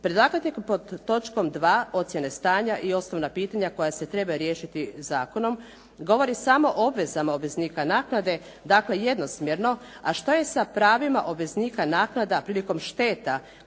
Predlagatelj pod točkom 2. ocjene stanja i osnovna pitanja koja se trebaju riješiti zakonom govori samo o obvezama obveznika naknade, dakle jednosmjerno, a što je sa pravima obveznika naknada prilikom šteta